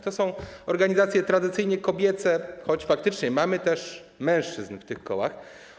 To są organizacje tradycyjnie kobiece, choć faktycznie mamy też mężczyzn w tych kołach.